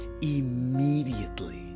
immediately